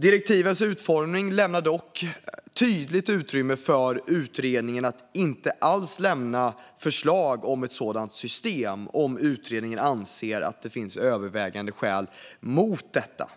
Direktivens utformning lämnar dock tydligt utrymme för utredningen att inte alls lämna förslag om ett sådant system, om utredningen anser att det finns övervägande skäl mot detta.